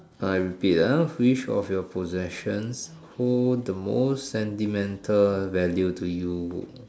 alright I repeat ah which of your possessions hold the most sentimental value to you